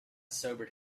sobered